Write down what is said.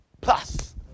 plus